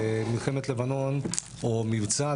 ומלחמת לבנון או מבצע,